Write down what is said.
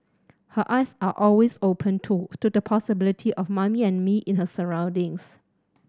her eyes are always open too to the possibility of Mummy and Me in her surroundings